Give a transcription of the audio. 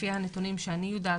לפי הנתונים שאני יודעת,